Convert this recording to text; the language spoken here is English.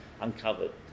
uncovered